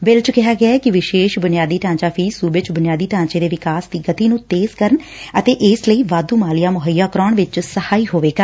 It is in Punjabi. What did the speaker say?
ਬਿੱਲ ਚ ਕਿਹਾ ਗੈੈ ਕਿ ਵਿਸ਼ੇਸ਼ ਬੁਨਿਆਦੀ ਢਾਂਚਾ ਫੀਸ ਸੁਬੇ ਚ ਬੁਨਿਆਦੀ ਢਾਂਚੇ ਦੇ ਵਿਕਾਸ ਦੀ ਗਤੀ ਨੂੰ ਤੇਜ਼ ਕਰਨ ਅਤੇ ਇਸ ਲਈ ਵਾਧੁ ਮਾਲੀਆ ਮੁਹੱਈਆ ਕਰਾਉਣ ਵਿਚ ਸਹਾਈ ਹੋਵੇਗਾ